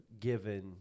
given